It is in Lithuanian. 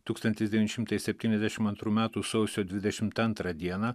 tūkstantis devyni šimtai septyniasdešim antrų metų sausio dvidešimt antrą dieną